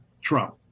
Trump